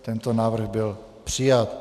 Tento návrh byl přijat.